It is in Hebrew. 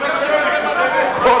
אבל לא תן לי ואתן לך.